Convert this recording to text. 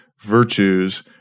virtues